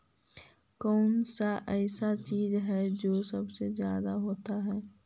कौन सा ऐसा चीज है जो सबसे ज्यादा होता है?